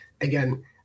again